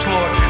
Lord